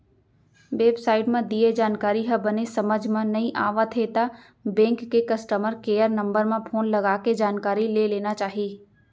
web site म दिये जानकारी ह बने समझ म नइ आवत हे त बेंक के कस्टमर केयर नंबर म फोन लगाके जानकारी ले लेना चाही